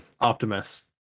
Optimus